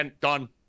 done